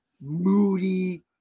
moody